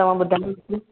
तव्हां ॿुधाएजो